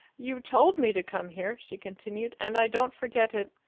you told me to come here, she continued, and i don't forget it.